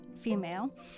female